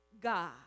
God